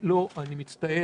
לא, אני מצטער.